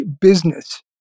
business